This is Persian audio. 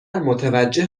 متوجه